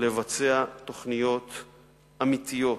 לבצע תוכניות אמיתיות.